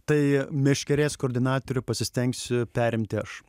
tai meškerės koordinatorių pasistengsiu perimti aš